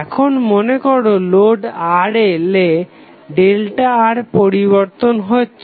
এখন মনেকর load RL এ ΔR পরিবর্তন হচ্ছে